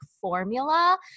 formula